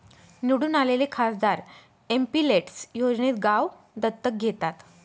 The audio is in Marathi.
निवडून आलेले खासदार एमपिलेड्स योजनेत गाव दत्तक घेतात